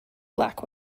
black